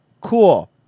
Cool